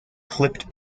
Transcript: clipped